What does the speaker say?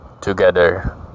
together